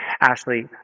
Ashley